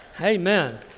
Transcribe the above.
Amen